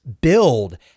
build